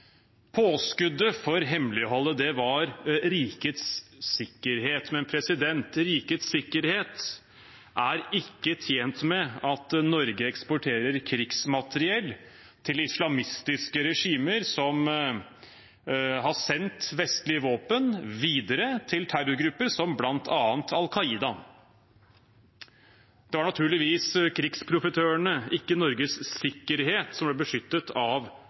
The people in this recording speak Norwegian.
Påskuddet for hemmeligholdet var rikets sikkerhet, men rikets sikkerhet er ikke tjent med at Norge eksporterer krigsmateriell til islamistiske regimer som har sendt vestlige våpen videre til terrorgrupper, som bl.a. Al Qaida. Det var naturligvis krigsprofitørene, ikke Norges sikkerhet, som ble beskyttet av